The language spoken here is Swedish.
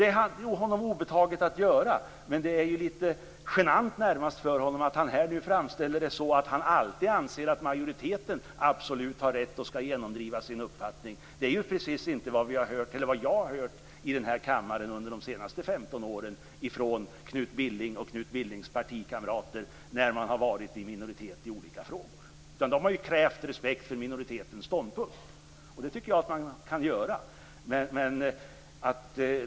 Det står honom fritt att göra det, men det är närmast lite genant för honom att han nu framställer det så att han alltid anser att majoriteten absolut har rätt och skall genomdriva sin uppfattning. Det är inte precis vad jag har hört här i kammaren under de senaste 15 åren från Knut Billing och hans partikamrater när de har varit i minoritet i olika frågor. De har ju krävt respekt för minoritetens ståndpunkt. Det tycker jag att man kan göra.